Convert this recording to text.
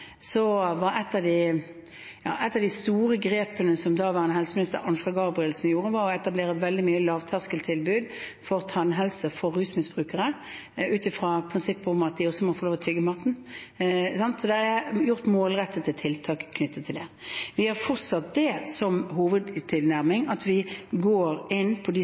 var å etablere veldig mye lavterskeltilbud for tannhelse for rusmisbrukere, ut fra prinsippet om at de også må få lov til å tygge maten. Så det er gjort målrettede tiltak knyttet til dette. Vi har fortsatt som hovedtilnærming at vi går inn